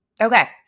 Okay